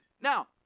Now